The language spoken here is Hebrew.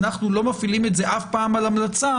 אנחנו לא מפעילים את זה אף פעם על המלצה.